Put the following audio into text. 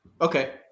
Okay